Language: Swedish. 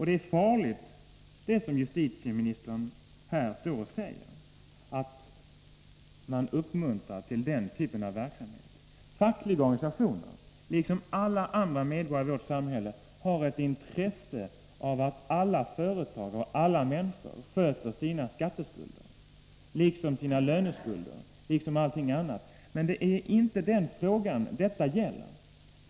Det är farligt att, som justitieministern nu gör, uppmuntra den typen av verksamhet. Fackliga organisationer har liksom alla andra i vårt samhälle ett intresse av att alla företag och alla människor sköter sina skatteskulder, sina löneskulder och allting annat, men det är inte den frågan detta gäller.